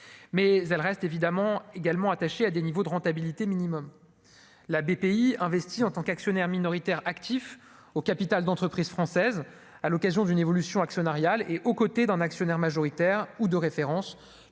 mais elle reste évidemment également attaché à des niveaux de rentabilité minimum la BPI en tant qu'actionnaire minoritaire actif au capital d'entreprises françaises, à l'occasion d'une évolution actionnariale et aux côtés d'un actionnaire majoritaire ou de référence